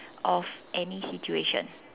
of any situation